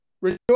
rejoice